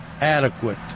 adequate